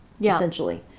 essentially